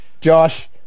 Josh